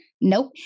Nope